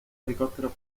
helicópteros